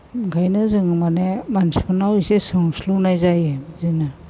ओंखायनो जोङो माने मानसिफोरनाव एसे सोंस्लिउनाय जायो बिदिनो